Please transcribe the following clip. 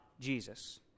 Jesus